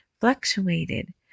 fluctuated